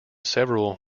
several